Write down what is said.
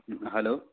hello